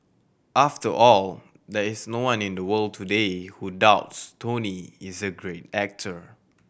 after all there is no one in the world today who doubts Tony is a great actor